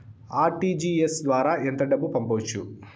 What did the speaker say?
RTGS ద్వారా ఎంత డబ్బు పంపొచ్చు?